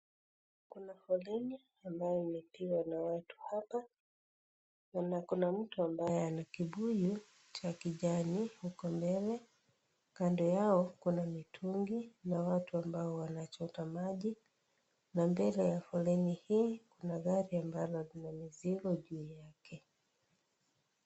Kuna foleni ambayo imepigwa na watu hapa na kuna mtu ambaye ana kifuli cha kijani huko mbele. Kando yao kuna mitungi na watu ambao wanachota maji na mbele ya foleni hii kuna gari ambalo lina mizigo juu yake.